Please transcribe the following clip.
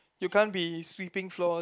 you can't be sweeping floors